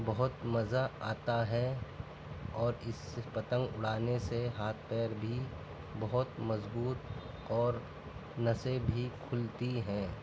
بہت مزہ آتا ہے اور اِس سے پتنگ اُڑانے سے ہاتھ پیر بھی بہت مضبوط اور نسیں بھی کُھلتی ہیں